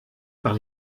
par